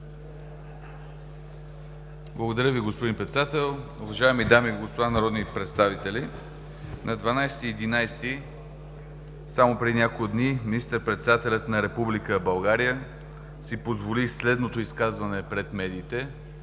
Благодаря Ви, господин Председател. Уважаеми дами и господа народни представители, на 12 ноември, само преди няколко дни, министър-председателят на Република България си позволи следното изказване пред медиите